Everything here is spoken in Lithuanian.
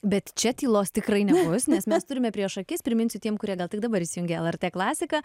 bet čia tylos tikrai nebus nes mes turime prieš akis priminsiu tiem kurie gal tik dabar įsijungė lrt klasiką